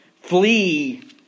flee